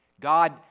God